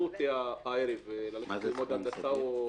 בבקשה.